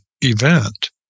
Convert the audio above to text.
event